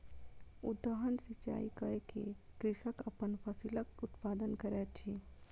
उद्वहन सिचाई कय के कृषक अपन फसिलक उत्पादन करैत अछि